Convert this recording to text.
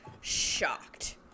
shocked